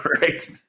Right